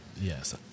yes